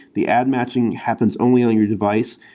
the ad matching happens only on your device.